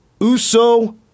Uso